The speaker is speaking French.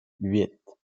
huit